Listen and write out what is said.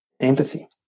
empathy